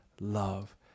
love